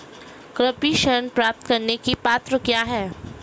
कृषि ऋण प्राप्त करने की पात्रता क्या है?